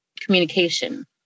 communication